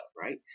right